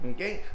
Okay